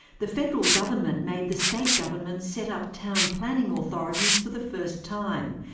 the federal government made the state governments set up town planning authorities for the first time,